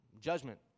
judgment